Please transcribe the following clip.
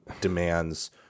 demands